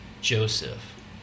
Joseph